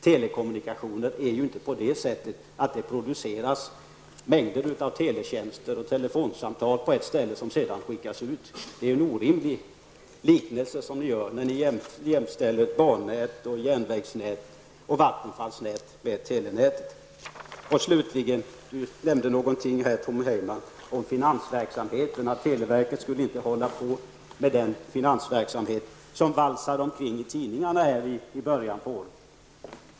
Telekommunikationer är ju inte beskaffade på det sättet att det produceras mängder av telefonsamtal och andra teletjänster på ett ställe för att sedan skickas ut. Det är en orimlig liknelse när ni jämställer järnvägsnät och elnät med telenätet. Tom Heyman nämnde också någonting om finansverksamheten, att televerket inte skall hålla på med den verksamhet som valsade omkring i tidningarna i början på året.